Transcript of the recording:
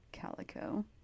calico